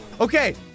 Okay